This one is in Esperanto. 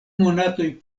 monatoj